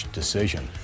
decision